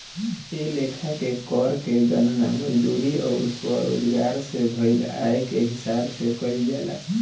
ए लेखा के कर के गणना मजदूरी अउर स्वरोजगार से भईल आय के हिसाब से कईल जाला